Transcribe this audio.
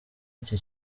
iki